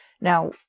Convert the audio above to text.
Now